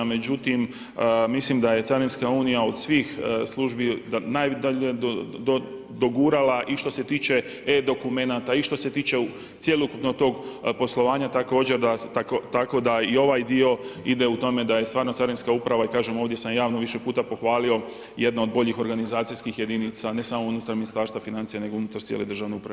Međutim mislim da je Carinska unija od svih službi najdalje dogurala i što se tiče e-dokumenata i što se tiče cjelokupnog tog poslovanja također, tako da i ovaj dio ide u tome da je stvarno Carinska uprava, i kažem ovdje sam javno više puta pohvalio jedna od boljih organizacijskih jedinica, ne samo unutar Ministarstva financija nego unutar cijele državne uprave.